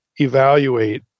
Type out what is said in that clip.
evaluate